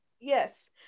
Yes